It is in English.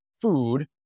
food